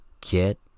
get